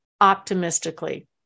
optimistically